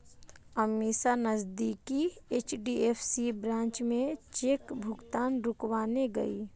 अमीषा नजदीकी HDFC branch में cheque भुगतान रुकवाने गई